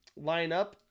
lineup